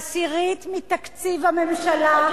עשירית מתקציב הממשלה,